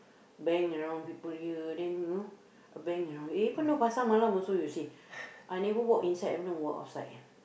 bang around people here then you know bang around even though Pasar Malam also you see I never walk inside I wanna walk outside